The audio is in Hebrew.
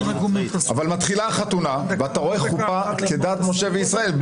מתחילה החתונה ואתה רואה חופה כדת משה וישראל.